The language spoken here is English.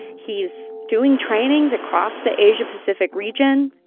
he's doing trainings across the asia-pacific region